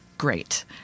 great